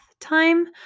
time